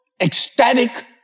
ecstatic